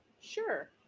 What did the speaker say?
sure